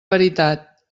veritat